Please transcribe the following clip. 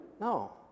No